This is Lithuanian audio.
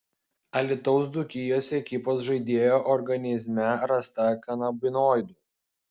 alytaus dzūkijos ekipos žaidėjo organizme rasta kanabinoidų